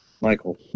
Michael